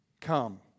come